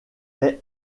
est